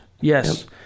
Yes